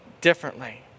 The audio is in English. differently